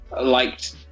liked